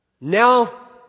Now